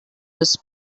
this